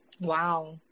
Wow